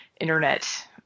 internet